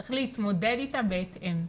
צריך להתמודד אתה בהתאם.